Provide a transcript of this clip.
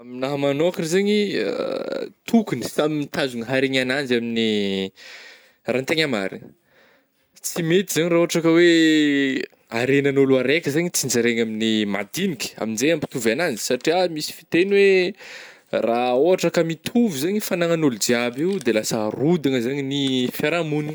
Aminah manôkagna zegny tokogny samy mitazogna haregnan'azy amin'ny raha ny tegna marigna, tsy mety zany raha ohatra ka hoe haregn'ôlo araika zany tsinjaraigna amin'ny madignika, am'jay ampitovy anazy, satria misy fitegny hoe raha ôhatra ka mitovy zegny fagnanan'ôlo jiaby io de lasa rodagna zany ny fiarahamognina.